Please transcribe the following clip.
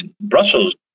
Brussels